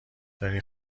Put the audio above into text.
داری